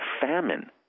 famine